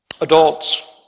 Adults